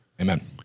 Amen